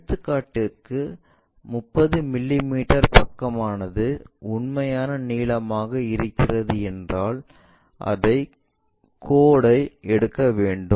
எடுத்துக்காட்டுக்கு 30 மிமீ பக்கமானது உண்மையான நீளமாக இருக்கின்றது என்றால் அத்தகைய கோடு ஐ எடுக்க வேண்டும்